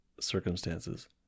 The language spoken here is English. circumstances